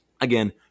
Again